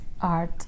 art